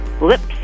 lips